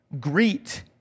greet